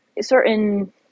certain